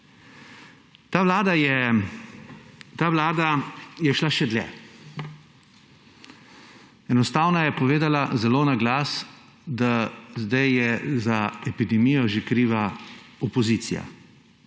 Ta vlada je šla še dlje. Enostavno je povedala zelo na glas, da je zdaj za epidemijo kriva že opozicija,